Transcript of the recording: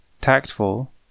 tactful